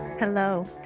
Hello